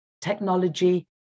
technology